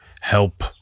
help